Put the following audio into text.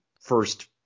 first